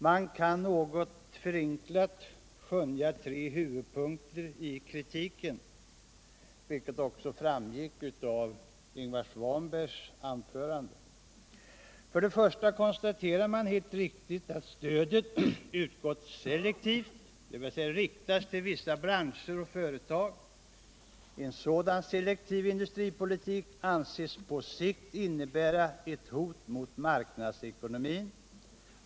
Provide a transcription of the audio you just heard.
Man kan något förenklat skönja tre huvudpunkter i kritiken, vilket också framgick av Ingvar Svanbergs anförande. För det första konstaterar man helt riktigt att stödet utgått selektivt, dvs. riktats till vissa branscher och företag. En sådan selektiv industripolitik anses på sikt innebära ett hot mot marknadsekonomin.